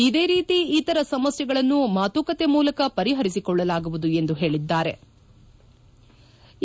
ಇದೇ ರೀತಿ ಇತರ ಸಮಸ್ಟೆಗಳನ್ನು ಮಾತುಕತೆ ಮೂಲಕ ಪರಿಹರಿಸಿಕೊಳ್ಳಲಾಗುವುದು ಎಂದು ಹೇಳದ್ದಾರೆ